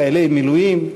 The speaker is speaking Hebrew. חיילי מילואים,